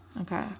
Okay